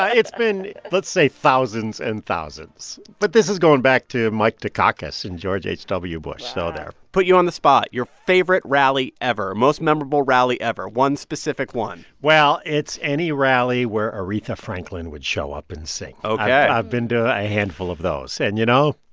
ah it's been, let's say, thousands and thousands. but this is going back to mike dukakis and george h w. bush, so there put you on the spot your favorite rally ever, most memorable rally ever, one specific one well, it's any rally where aretha franklin would show up and sing ok i've been to a handful of those. and, you know,